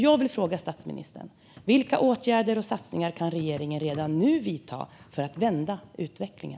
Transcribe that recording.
Jag vill fråga statsministern: Vilka åtgärder och satsningar kan regeringen redan nu vidta för att vända utvecklingen?